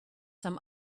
some